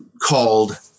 called